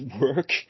work